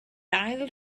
ail